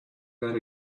that